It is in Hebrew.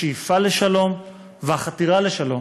השאיפה לשלום והחתירה לשלום,